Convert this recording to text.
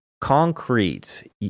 concrete